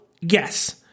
yes